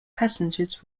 passengers